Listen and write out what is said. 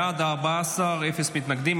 בעד, 14, אין מתנגדים.